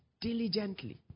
diligently